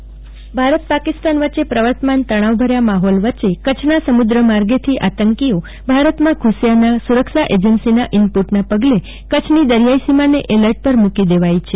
જાગૃતિ Vakil Kutch alert Bharat Pakistan વચ્ચે પ્રર્વતમાન તણાવ ભર્યા માહોલ વચ્ચે કચ્છના સમુદ્રમાર્ગેથી આંતકીઓ ભારતમાં ધસ્યાના સુરક્ષા એજન્સીના ઈનપુટના પગલે કચ્છની દરિયાઈ સીમાને એલર્ટ પર મુકી દેવાઈ છે